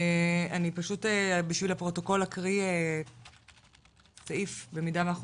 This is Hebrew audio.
אני פשוט בשביל הפרוטוקול אקריא סעיף במידה ואנחנו